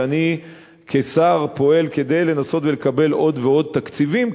שאני כשר פועל כדי לנסות ולקבל עוד ועוד תקציבים,